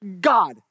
God